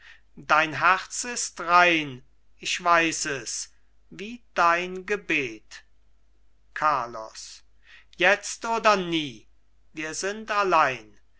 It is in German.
dein herz ist rein ich weiß es wie dein gebet carlos jetzt oder nie wir sind allein